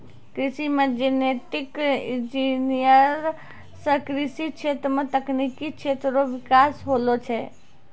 कृषि मे genetic engineer से कृषि क्षेत्र मे तकनिकी क्षेत्र रो बिकास होलो छै